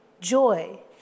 Joy